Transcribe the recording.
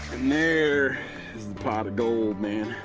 there is the pot of gold, man.